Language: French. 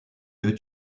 deux